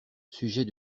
sujet